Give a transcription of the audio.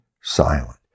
silent